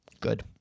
good